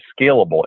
scalable